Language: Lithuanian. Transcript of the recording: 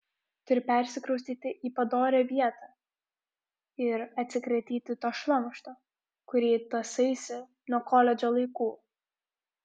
turi persikraustyti į padorią vietą ir atsikratyti to šlamšto kurį tąsaisi nuo koledžo laikų